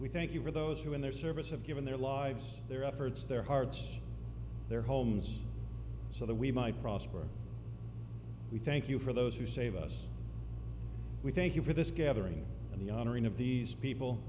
we thank you for those who in their service have given their lives their efforts their hearts their homes so that we might prosper we thank you for those who save us we thank you for this gathering and the honoring of these people